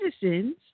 citizens